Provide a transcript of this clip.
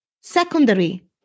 secondary